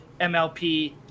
MLP